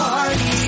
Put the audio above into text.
Party